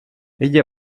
ella